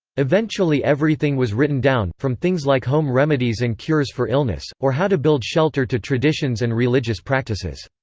eventually everything was written down, from things like home remedies and cures for illness, or how to build shelter to traditions and religious practices.